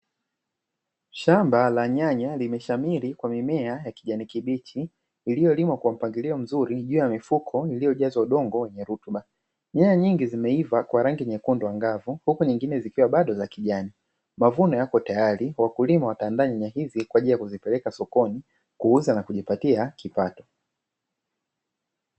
Shamba la nyanya limeshamiri kwa mimea ya kijani kibichi iliyolimwa kwa mpangilio mzuri juu ya mifuko iliyojanzwa udongo wenye rutuba, nyanya nyingi zimeiva kwa rangi nyekundu angavu, huku nyingine bado za kijani. Mavuno yapo tayari wakulima wataandaa nyanya hizi kwa ajili ya kupeleka sokoni kuuza na kujipatia kipato.